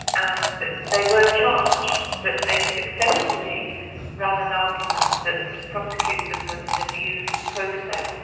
and they were charged, but they successfully ran an argument that to prosecute them was an abuse of process,